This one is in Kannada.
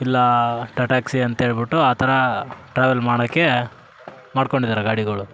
ಇಲ್ಲ ಟಾಟಾ ಅಕ್ಸಿ ಅಂತೇಳ್ಬುಟ್ಟು ಆ ಥರ ಟ್ರಾವೆಲ್ ಮಾಡೋಕ್ಕೆ ಮಾಡ್ಕೊಂಡಿದ್ದಾರೆ ಗಾಡಿಗಳು